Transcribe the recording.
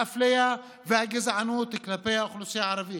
האפליה והגזענות כלפי האוכלוסייה הערבית.